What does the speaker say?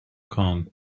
kong